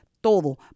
todo